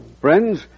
Friends